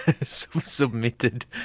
submitted